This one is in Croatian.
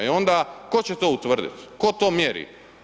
I onda tko će to utvrdit, tko to mjeri?